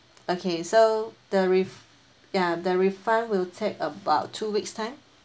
okay so the ref~ ya the refund will take about two weeks time